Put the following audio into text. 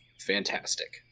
fantastic